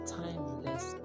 timeless